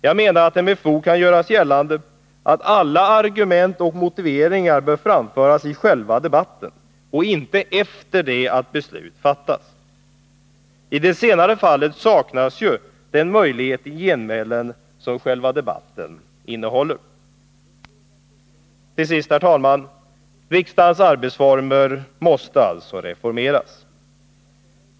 Jag menar att det med fog kan göras gällande att alla argument och motiveringar bör framföras i själva debatten och inte efter det att beslut har fattats. I det senare fallet saknas ju den möjlighet till genmälen som själva debatten innehåller. Till sist, herr talman! Riksdagens arbetsformer måste alltså reformeras.